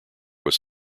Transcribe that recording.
was